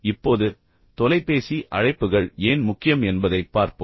இப்போது தொலைபேசி அழைப்புகள் ஏன் முக்கியம் என்பதைப் பார்ப்போம்